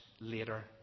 later